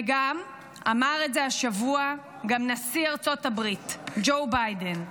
ואמר את זה השבוע גם נשיא ארצות הברית ג'ו ביידן.